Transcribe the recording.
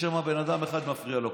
יש שם בן אדם אחד שמפריע לו.